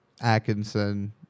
Atkinson